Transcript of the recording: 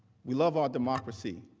we love our democracy.